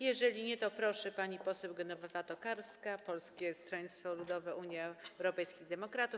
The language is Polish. Jeżeli nie, to proszę, pani poseł Genowefa Tokarska, Polskie Stronnictwo Ludowe - Unia Europejskich Demokratów.